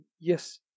Yes